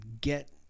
get